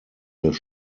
des